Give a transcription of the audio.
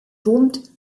boomt